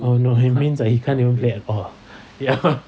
oh no he means he can't even play at all ya